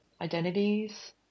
identities